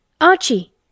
Archie